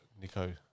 Nico